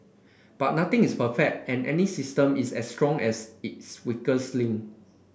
but nothing is perfect and any system is as strong as its weakest link